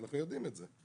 ואנחנו יודעים את זה.